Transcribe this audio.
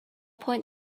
point